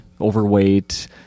overweight